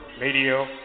Radio